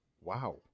Wow